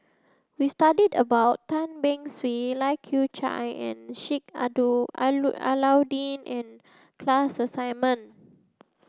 we studied about Tan Beng Swee Lai Kew Chai and Sheik Alau'ddin in class assignment